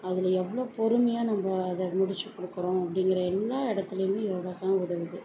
அதில் எவ்வளோ பொறுமையாக நம்ம அதை முடித்துக் கொடுக்குறோம் அப்படிங்கற எல்லா இடத்திலியுமே யோகாசனம் உதவுது